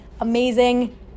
amazing